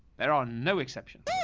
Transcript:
that all, no exceptions.